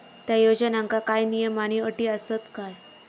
त्या योजनांका काय नियम आणि अटी आसत काय?